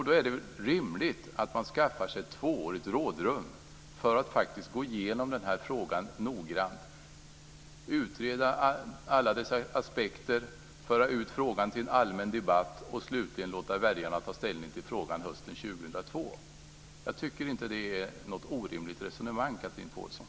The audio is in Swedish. Då är det väl rimligt att man skaffar sig ett tvåårigt rådrum för att gå igenom den här frågan noggrant, att utreda alla aspekter, att föra ut frågan till en allmän debatt och att slutligen låta väljarna ta ställning till frågan hösten 2002. Jag tycker inte att det är ett orimligt resonemang, Chatrine Pålsson.